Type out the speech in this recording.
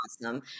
awesome